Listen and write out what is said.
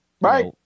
Right